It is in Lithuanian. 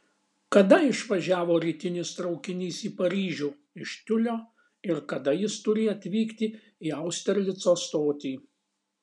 kada išvažiavo rytinis traukinys į paryžių iš tiulio ir kada jis turi atvykti į austerlico stotį